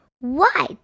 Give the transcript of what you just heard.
White